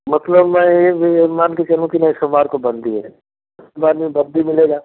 मतलब मैं य मान के चलूँ की नहीं सोमवार को बंदी है दुकान भी बंद ही मिलेगा